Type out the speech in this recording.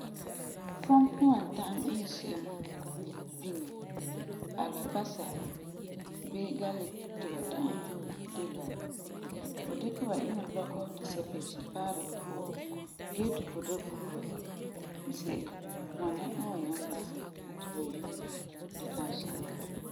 Fum n wan ta'am iŋɛ se'em biŋe alabasa bii galiki ti ba ta'am yue de la: Fu dikɛ ba iŋɛ lɔkɔ ti sapebesum paara ba gee ti fu da vuge ba ze'ele. Ŋwana n wan ta'am basɛ ti ba yue gee kan sa'am.